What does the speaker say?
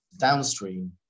Downstream